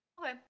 Okay